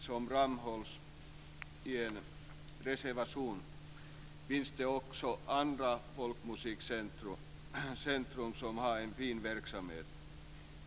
Som framhålls i en reservation finns det också andra folkmusikcentrum som har en fin verksamhet.